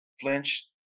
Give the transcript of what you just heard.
flinched